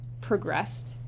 progressed